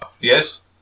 yes